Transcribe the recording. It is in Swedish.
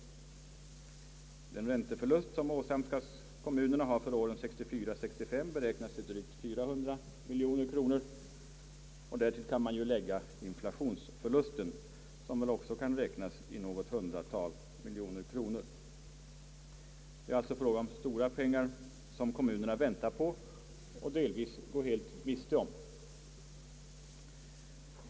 Den ränteförlust som åsamkas kommunerna har för åren 1964 och 1965 beräknats till drygt 400 miljoner kronor. Därtill kan läggas inflationsförlusten, som också kan räknas i något hundratal miljoner kronor. Det är alltså fråga om stora pengar som kommunerna väntar på och delvis går miste om.